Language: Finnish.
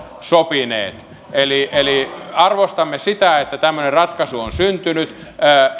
sopineet eli eli arvostamme sitä että tämmöinen ratkaisu on syntynyt